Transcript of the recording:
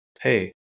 hey